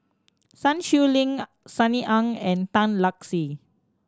Sun Xueling Sunny Ang and Tan Lark Sye